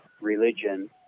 religion